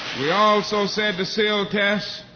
we also said to sealtest,